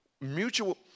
Mutual